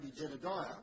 Jedediah